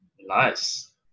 Nice